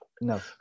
No